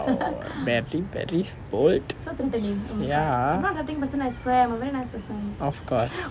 very very bold ya of course